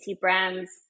brands